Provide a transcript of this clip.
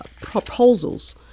proposals